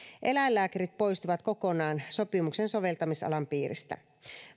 eläinlääkärit poistuvat kokonaan sopimuksen soveltamisalan piiristä